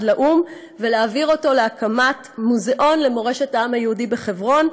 לאו"ם ולהעביר אותו להקמת מוזיאון למורשת העם היהודי בחברון,